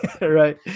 right